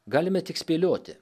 galime tik spėlioti